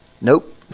Nope